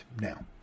Now